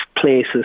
places